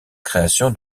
création